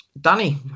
Danny